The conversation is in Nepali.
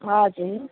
हजुर